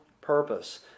purpose